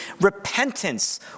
repentance